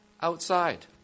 Outside